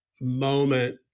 moment